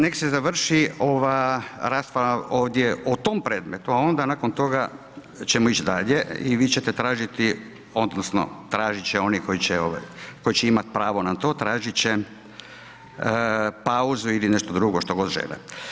Nek se završi ova rasprava ovdje o tom predmetu, a onda nakon toga ćemo ić dalje i vi ćete tražiti odnosno tražit će oni koji će imat pravo na to, tražit će pauzu ili nešto drugo, što god žele.